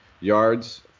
Yards